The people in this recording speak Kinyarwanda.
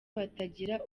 batagira